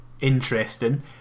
interesting